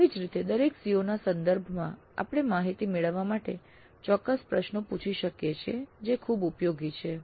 આવી જ રીતે દરેક CO ના સંદર્ભમાં આપણે માહિતી મેળવવા માટે ચોક્કસ પ્રશ્નો પૂછી શકીએ છીએ જે ખૂબ ઉપયોગી છે